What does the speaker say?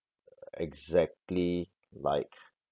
exactly like